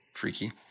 freaky